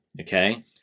okay